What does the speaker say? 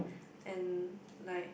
and like